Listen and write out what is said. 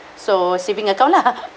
so saving account lah